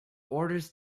orders